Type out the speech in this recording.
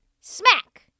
smack